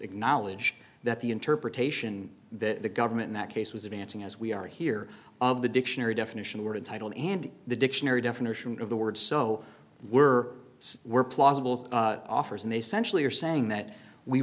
acknowledge that the interpretation that the government in that case was advancing as we are here of the dictionary definition word of title and the dictionary definition of the word so we're we're plausible offers and they centrally are saying that we